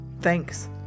Thanks